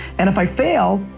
and if i fail,